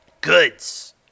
goods